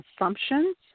assumptions